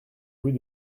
rue